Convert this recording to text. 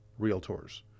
Realtors